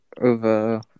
over